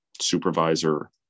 supervisor